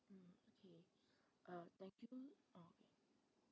okay uh thank you uh